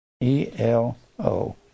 e-l-o